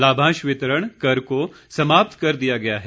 लाभांश वितरण कर को समाप्त कर दिया गया है